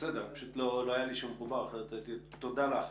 בסדר, תודה לך.